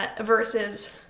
versus